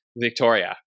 Victoria